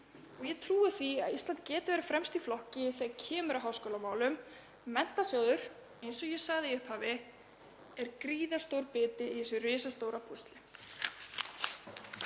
Ég trúi því að Ísland geti verið fremst í flokki þegar kemur að háskólamálum. Menntasjóður, eins og ég sagði í upphafi, er gríðarstór biti í þessu risastóra púsli.